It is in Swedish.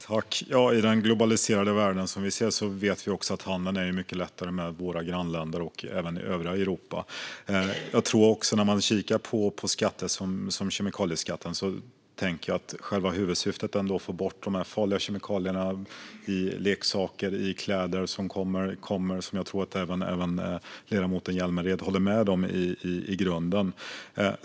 Fru talman! I den globaliserade värld vi ser vet vi också att handeln med våra grannländer och även övriga Europa är mycket lättare. När det gäller kemikalieskatten tänker jag att själva huvudsyftet ändå är att få bort de farliga kemikalierna i leksaker och kläder. Det tror jag att även ledamoten Hjälmered håller med om i grunden.